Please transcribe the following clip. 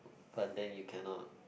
but then you cannot